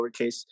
lowercase